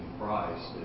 Christ